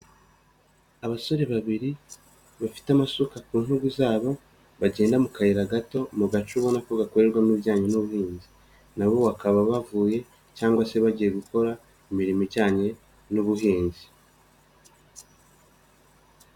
Abasore babiri bafite amasuka ku ntugu zabo bagenda mu kayira gato mu gace ubonako gakorerwamo ibijyanye n'ubuhinzi, na bo bakaba bavuye cyangwa se bagiye gukora imirimo ijyanye n'ubuhinzi.